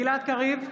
גלעד קריב,